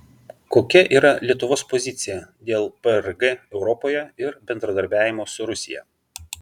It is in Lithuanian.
kokia yra lietuvos pozicija dėl prg europoje ir bendradarbiavimo su rusija